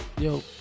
Yo